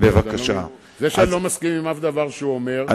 אף שאני לא מסכים עם שום דבר שהוא אומר,